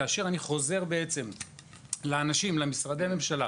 כאשר אני חוזר למשרדי הממשלה